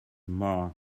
more